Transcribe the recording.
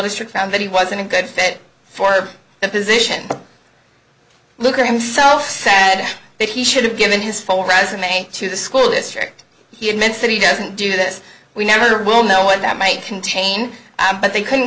district found that he wasn't a good fit for the position look at himself said that he should have given his full resume to the school district he admits that he doesn't do this we never will know what that might contain but they couldn't